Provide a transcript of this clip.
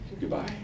goodbye